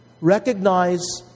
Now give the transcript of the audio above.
Recognize